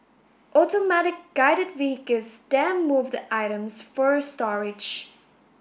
Automatic Guided Vehicles then move the items for storage